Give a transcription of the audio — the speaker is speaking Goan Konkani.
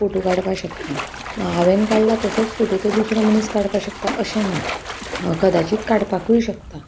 फोटो काडपा शकता हांवें काडला तसोच फोटो तो दुसरो मनीस काडपा शकता अशें ना कदाचीत काडपाकूय शकता